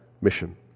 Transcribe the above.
mission